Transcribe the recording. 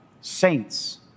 saints